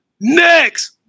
next